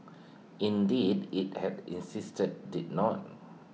indeed IT had insisted IT did not